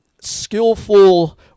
skillful